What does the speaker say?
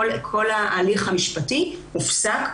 כל ההליך המשפטי הופסק,